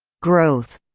growth,